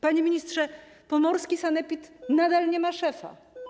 Panie ministrze, pomorski sanepid nadal nie ma szefa.